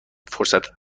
فرصت